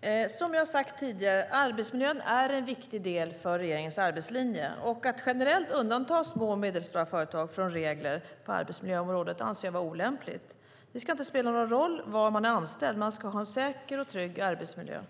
Herr talman! Som jag har sagt tidigare: Arbetsmiljön är en viktig del i regeringens arbetslinje. Att generellt undanta små och medelstora företag från regler på arbetsmiljöområdet anser jag vara olämpligt. Det ska inte spela någon roll var man är anställd. Man ska ha en säker och trygg arbetsmiljö